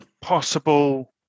possible